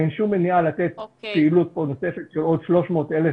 אין שום מניעה לתת פה פעילות נוספת לעוד כ-300,000